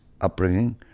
upbringing